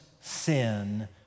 sin